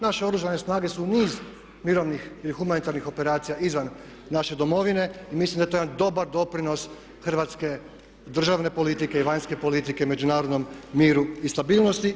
Naše Oružane snage su u niz mirovnih ili humanitarnih operacija izvan naše domovine i mislim da je to jedan dobar doprinos hrvatske državne politike i vanjske politike međunarodnom miru i stabilnosti.